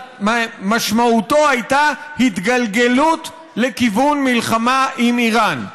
שמשמעותו הייתה התגלגלות לכיוון מלחמה עם איראן.